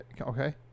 Okay